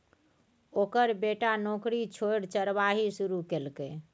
ओकर बेटा नौकरी छोड़ि चरवाही शुरू केलकै